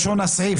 הסעיף,